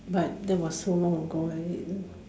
but that was so long ago already